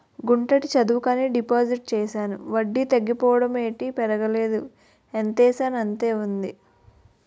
గుంటడి చదువుకని డిపాజిట్ చేశాను వడ్డీ తగ్గిపోవడం ఏటి పెరగలేదు ఎంతేసానంతే ఉంది